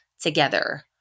together